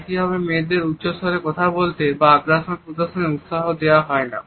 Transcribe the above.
একইভাবে মেয়েদের উচ্চস্বরে কথা বলতে বা আগ্রাসন প্রদর্শনে উৎসাহ দেওয়া হয় না